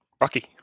Rocky